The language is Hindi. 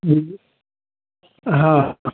बोलिए हाँ हाँ